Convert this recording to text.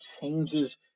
changes